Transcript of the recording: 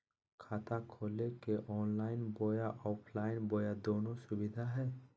खाता खोले के ऑनलाइन बोया ऑफलाइन बोया दोनो सुविधा है?